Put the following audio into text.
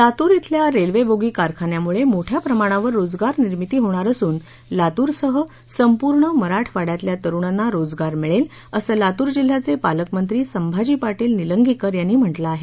लातूर शिल्या railway bogie कारखान्यामुळे मोठ्या प्रमाणावर रोजगार निर्मिती होणार असून लातूरसह संपूर्ण मराठवाङ्यातल्या तरुणांना रोजगार मिळेल असं लातूर जिल्ह्याचे पालकमंत्री संभाजी पाटील निलंगेकर यांनी म्हटलं आहे